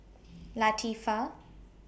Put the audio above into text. Latifa